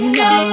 no